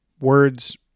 words